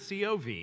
COV